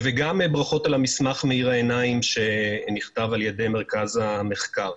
גם ברכות על המסמך מאיר העיניים שנכתב בידי מרכז המחקר.